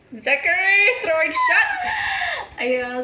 zachary throwing shit